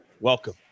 welcome